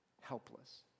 helpless